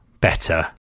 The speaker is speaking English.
better